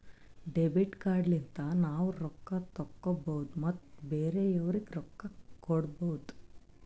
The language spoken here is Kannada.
ಡೆಬಿಟ್ ಕಾರ್ಡ್ ಲಿಂತ ನಾವ್ ರೊಕ್ಕಾ ತೆಕ್ಕೋಭೌದು ಮತ್ ಬೇರೆಯವ್ರಿಗಿ ರೊಕ್ಕಾ ಕೊಡ್ಭೌದು